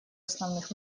основных